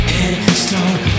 Headstone